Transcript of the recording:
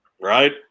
right